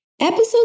Episode